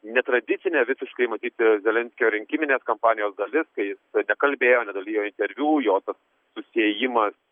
netradicinė visiškai matyt zelenskio rinkiminės kampanijos dalis kai jis nekalbėjo nedalijo interviu jokio susiejimas